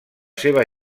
seva